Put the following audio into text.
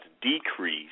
decrease